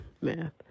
math